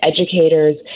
Educators